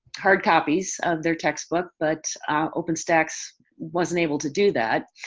hard copies of their textbook but openstax wasn't able to do that.